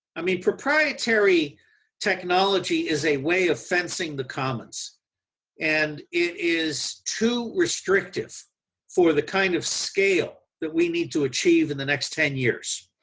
i mean, proprietary technology is a way of fencing the commons and it is too restrictive for the kind of scale that we need to achieve in the next ten years.